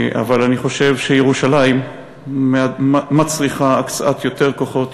אבל אני חושב שירושלים מצריכה הקצאת יותר כוחות,